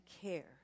care